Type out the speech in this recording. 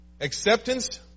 acceptance